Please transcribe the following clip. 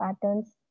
patterns